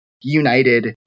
united